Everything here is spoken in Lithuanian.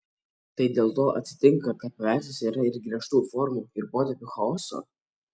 tai dėl to atsitinka kad paveiksluose yra ir griežtų formų ir potėpių chaoso